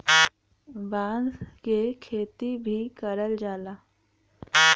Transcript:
बांस क खेती भी करल जाला